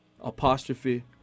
apostrophe